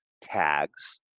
tags